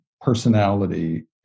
personality